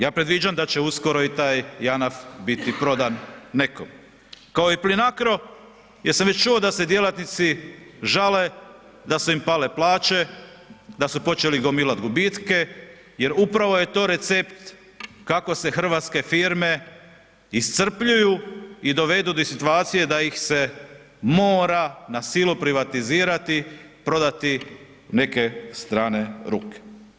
Ja predviđam da će uskoro i taj JANAF biti prodan nekome, kao i Plinacro jer sam već čuo da se djelatnici žale da su im pale plaće, da su počeli gomilati gubitke jer upravo je to recept kako se hrvatske firme iscrpljuju i dovedu do situacije da ih se mora na silu privatizirati, prodati neke strane ruke.